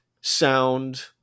sound